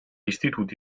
istituti